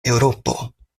eŭropo